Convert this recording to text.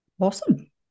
Awesome